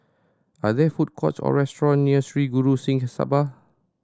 are there food courts or restaurant near Sri Guru Singh Sabha